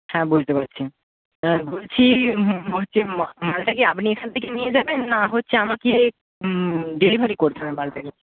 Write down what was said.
হ্যাঁ বুঝতে পারছি হ্যাঁ বলছি বলছি মালটা কি আপনি এখান থেকে নিয়ে যাবেন না হচ্ছে আমাকে ডেলিভারি করতে হবে মালটাকে